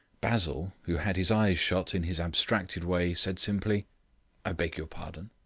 basil, who had his eyes shut in his abstracted way, said simply i beg your pardon.